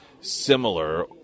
similar